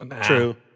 True